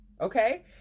okay